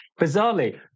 Bizarrely